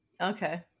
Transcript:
Okay